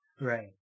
right